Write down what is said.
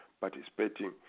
participating